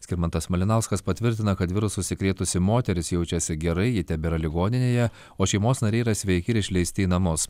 skirmantas malinauskas patvirtina kad virusu užsikrėtusi moteris jaučiasi gerai ji tebėra ligoninėje o šeimos nariai yra sveiki ir išleisti į namus